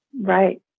Right